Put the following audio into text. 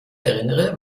erinnere